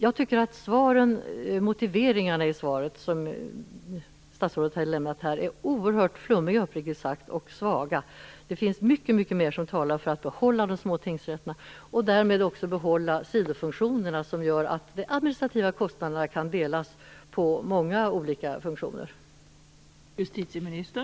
Jag tycker uppriktigt sagt att motiveringarna i det svar som statsrådet har lämnat här är oerhört flummiga och svaga. Det finns mycket mer som talar för att man skall behålla de små tingsrätterna och därmed också behålla sidofunktionerna, som gör att de administrativa kostnaderna kan delas upp på många olika funktioner.